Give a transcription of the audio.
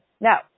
Now